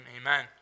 amen